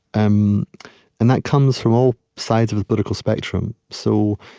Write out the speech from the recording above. um and that comes from all sides of the political spectrum so,